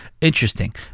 Interesting